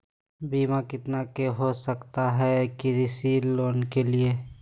बीमा कितना के हो सकता है कृषि लोन के लिए?